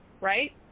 right